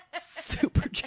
Super